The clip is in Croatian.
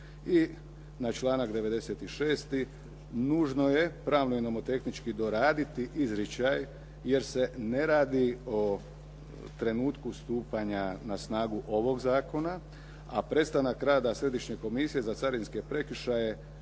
I na članak 96. nužno je pravno i nomotehnički doraditi izričaj jer se ne radi o trenutku stupanja na snagu ovog zakona, a prestanak rada središnje komisije za carinske prekršaje